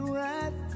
right